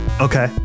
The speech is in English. Okay